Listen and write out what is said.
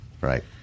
right